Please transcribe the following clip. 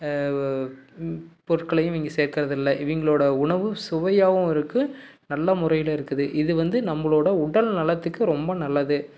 பொருட்களையும் இங்கே சேர்க்கிறது இல்லை இவங்களோட உணவு சுவையாகவும் இருக்குது நல்ல முறையில் இருக்குது இது வந்து நம்மளோட உடல் நலத்துக்கு ரொம்ப நல்லது